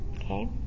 Okay